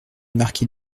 marquis